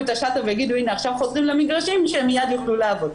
את השלטר ויגידו הנה עכשיו חוזרים למגרשים שהם מיד יוכלו לעבוד.